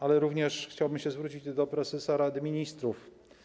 Ale również chciałbym się zwrócić do prezesa Rady Ministrów.